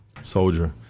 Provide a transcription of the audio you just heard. soldier